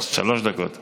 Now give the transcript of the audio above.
שלוש דקות.